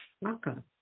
Welcome